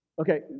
Okay